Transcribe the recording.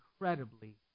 incredibly